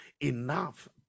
enough